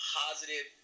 positive